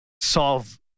solve